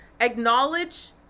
acknowledge